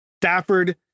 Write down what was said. Stafford